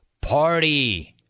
party